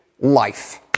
life